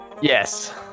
Yes